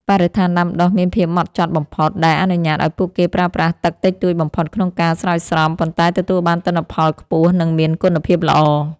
បរិស្ថានដាំដុះមានភាពហ្មត់ចត់បំផុត ដែលអនុញ្ញាតឱ្យពួកគេប្រើប្រាស់ទឹកតិចតួចបំផុតក្នុងការស្រោចស្រព ប៉ុន្តែទទួលបានទិន្នផលខ្ពស់ និងមានគុណភាពល្អ។